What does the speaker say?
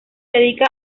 dedica